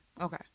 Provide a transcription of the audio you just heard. okay